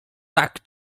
tak